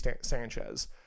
sanchez